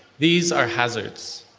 these are hazards.